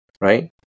right